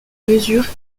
mesures